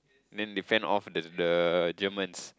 then they fend off the the Germans